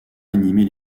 animer